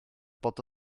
bod